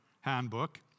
handbook